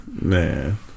man